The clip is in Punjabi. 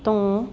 ਤੋਂ